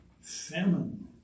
famine